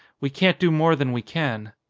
we can't do more than we can.